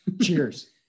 Cheers